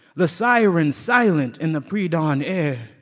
the sirens silent in the predawn air,